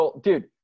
Dude